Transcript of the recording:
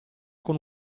con